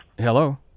Hello